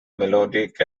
melodic